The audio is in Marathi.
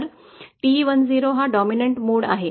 तर TE 10 हा प्रबळ मोड आहे